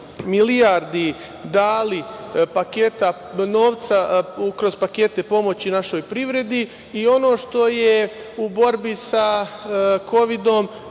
milijardi dali novca kroz pakete pomoći našoj privredi. Ono što je u borbi sa Kovidom